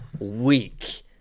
week